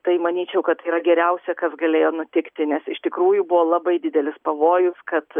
tai manyčiau kad yra geriausia kas galėjo nutikti nes iš tikrųjų buvo labai didelis pavojus kad